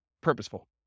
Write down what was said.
purposeful